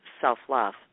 self-love